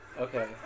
Okay